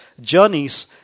journeys